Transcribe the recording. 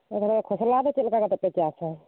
ᱟᱫᱚ ᱛᱟᱦᱚᱞᱮ ᱠᱷᱚᱥᱞᱟ ᱫᱚ ᱪᱮᱫ ᱞᱮᱠᱟ ᱠᱟᱛᱮ ᱯᱮ ᱪᱟᱥᱟ